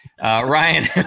Ryan